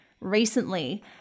recently